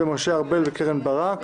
משה ארבל וקרן ברק.